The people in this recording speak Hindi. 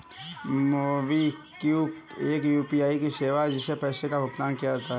मोबिक्विक एक यू.पी.आई की सेवा है, जिससे पैसे का भुगतान किया जाता है